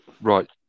Right